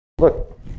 Look